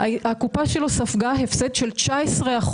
הקופה שלו ספגה הפסד של 19%,